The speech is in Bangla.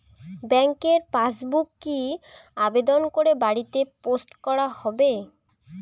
ব্যাংকের পাসবুক কি আবেদন করে বাড়িতে পোস্ট করা হবে?